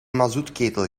mazoutketel